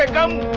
like come.